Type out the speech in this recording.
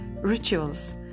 rituals